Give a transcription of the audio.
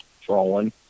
trolling